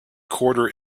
quarter